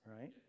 Right